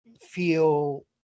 feel